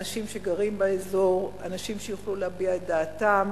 שאנשים שגרים באזור יוכלו להביע את דעתם,